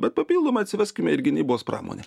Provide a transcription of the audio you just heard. bet papildomai atsiveskime ir gynybos pramonę